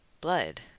blood